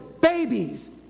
babies